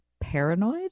Paranoid